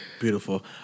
Beautiful